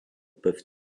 peuvent